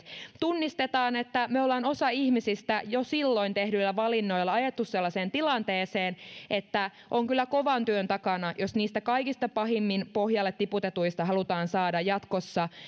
tunnistetaan että me olemme osan ihmisistä jo silloin tehdyillä valinnoilla ajaneet sellaiseen tilanteeseen että on kyllä kovan työn takana jos niistä kaikista pahimmin pohjalle tiputetuista halutaan saada jatkossa